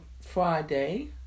Friday